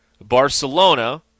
Barcelona